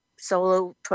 Solo